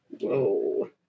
Whoa